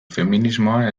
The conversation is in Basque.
feminismoa